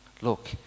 look